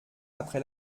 après